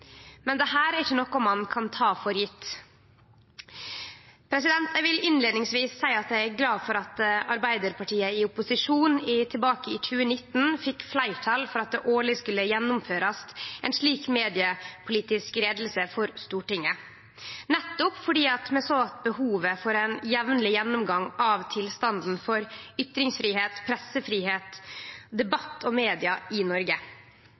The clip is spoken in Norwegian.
Men dette er ikkje noko ein kan ta for sjølvsagt. Eg vil innleiingsvis seie at eg er glad for at Arbeidarpartiet i opposisjon tilbake i 2019 fekk fleirtal for at det årleg skulle gjennomførast ei slik mediepolitisk utgreiing for Stortinget – nettopp fordi vi såg behovet for ein jamleg gjennomgang av tilstanden for ytringsfridom, pressefridom, debatt og media i Noreg.